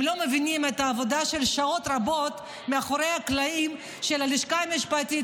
הם לא מבינים את העבודה שעות רבות מאחורי הקלעים של הלשכה המשפטית,